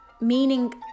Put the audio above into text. Meaning